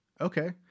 Okay